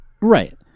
Right